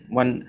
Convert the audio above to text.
one